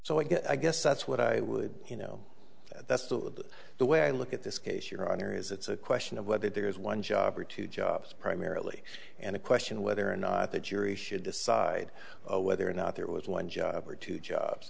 so i guess that's what i would you know that's the the way i look at this case your honor is it's a question of whether there is one job or two jobs primarily and a question of whether or not the jury should decide whether or not there was one job or two jobs